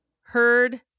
heard